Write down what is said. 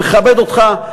מכבד אותך,